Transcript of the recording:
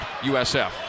USF